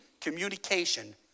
communication